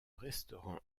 restaurant